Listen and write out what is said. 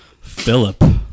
philip